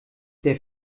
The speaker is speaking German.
der